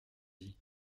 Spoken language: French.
dit